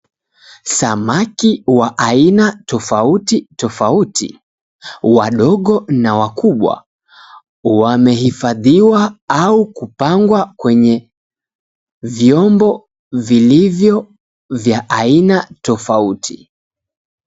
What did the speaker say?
Samaki wa aina tofauti tofauti, wadogo na wakubwa wamehifadhiwa au kupangwa kwenye vyombo vilivyo vya aina tofauti.